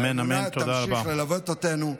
האמונה תמשיך ללוות אותנו,